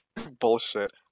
Bullshit